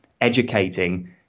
educating